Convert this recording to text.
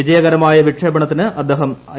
വിജയകരമായ വിക്ഷേപണത്തിന് അദ്ദേഹം ഐ